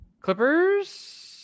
Clippers